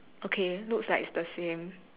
okay looks like it's the same